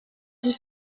dix